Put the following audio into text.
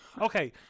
Okay